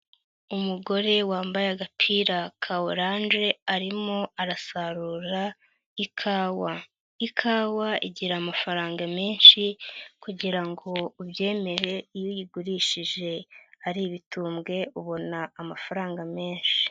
Umugore wambaye agapira ka oranje arimo arasarura ikawa, ikawa igira amafaranga menshi kugira ngo ubyemere iyo uyigurishije ari ibitumbwe ubona amafaranga menshi.